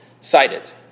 cited